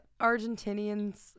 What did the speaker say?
Argentinians